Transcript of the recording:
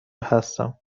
هستم